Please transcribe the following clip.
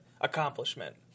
accomplishment